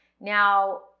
Now